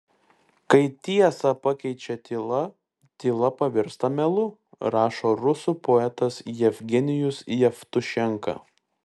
kai tiesą pakeičia tyla tyla pavirsta melu rašo rusų poetas jevgenijus jevtušenka